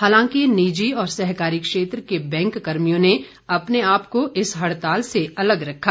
हालांकि निजी और सहकारी क्षेत्र के बैंक कर्मियों ने अपने आप को इस हड़ताल से अलग रखा